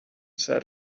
said